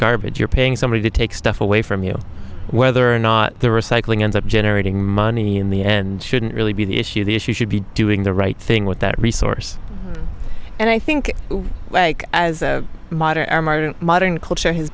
garbage you're paying somebody to take stuff away from you whether or not the recycling ends up generating money in the end shouldn't really be the issue the issue should be doing the right thing with that resource and i think like as modern armored and modern culture has